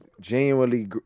genuinely